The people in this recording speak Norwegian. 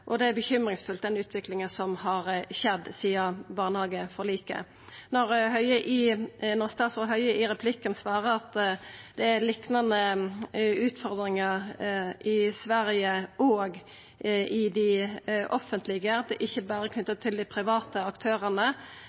det òg beredskap, og den utviklinga som har skjedd sidan barnehageforliket, gir grunn til uro. Når statsråd Høie i replikkordskiftet svarer at det er liknande utfordringar i Sverige òg i det offentlege, og at det ikkje berre er knytt til dei private aktørane,